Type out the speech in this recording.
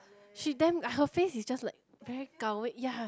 she damn her face is just like very gao wei ya